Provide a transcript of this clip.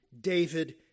David